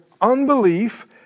unbelief